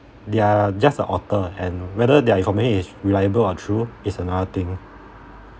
they are just the author and whether their information is reliable or true is another thing